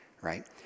right